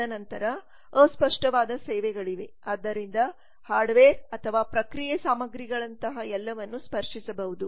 ತದನಂತರ ಅಸ್ಪಷ್ಟವಾದ ಸೇವೆಗಳಿವೆ ಆದ್ದರಿಂದ ಹಾರ್ಡ್ವೇರ್ ಅಥವಾ ಪ್ರಕ್ರಿಯೆ ಸಾಮಗ್ರಿಗಳಂತಹ ಎಲ್ಲವನ್ನು ಸ್ಪರ್ಶಿಸಬಹುದು